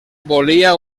volia